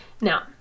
Now